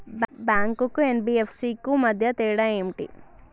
Bank కు NBFC కు మధ్య తేడా ఏమిటి?